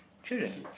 children